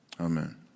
Amen